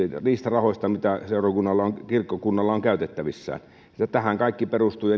niistä rahoista mitä seurakunnalla ja kirkkokunnalla on käytettävissään tähän kaikki perustuu